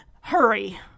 hurry